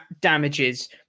damages